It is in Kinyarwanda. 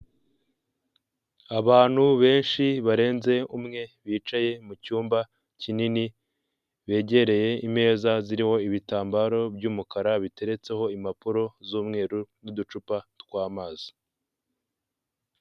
Abantu benshi barenze umwe, bicaye mu cyumba kinini, begereye imeza zirimo ibitambaro by'umukara, biteretseho impapuro z'umweru n'uducupa tw'amazi.